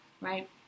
right